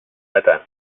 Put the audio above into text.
daten